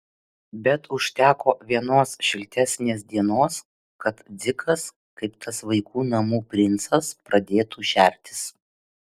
bet užteko vienos šiltesnės dienos kad dzikas kaip tas vaikų namų princas pradėtų šertis